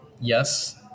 Yes